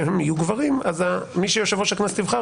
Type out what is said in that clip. אני יכול בבקשה להתייחס למה שאמרה היועצת המשפטית לכנסת?